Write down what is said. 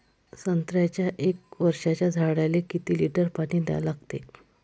संत्र्याच्या एक वर्षाच्या झाडाले किती लिटर पाणी द्या लागते?